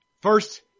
first